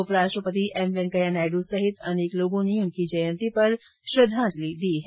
उप राष्ट्रपति एम वैंकया नायडु सहित अनेक लोगों ने उनकी जयंती पर श्रृद्धाजंलि दी है